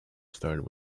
started